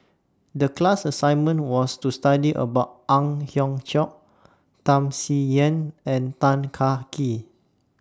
The class assignment was to study about Ang Hiong Chiok Tham Sien Yen and Tan Kah Kee